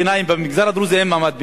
במגזר הדרוזי אין מעמד ביניים,